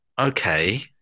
okay